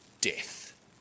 death